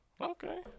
Okay